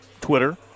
Twitter